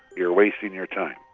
you're wasting your time.